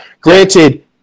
Granted